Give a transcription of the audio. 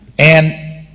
and